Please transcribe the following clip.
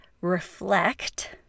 reflect